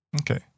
Okay